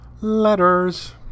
letters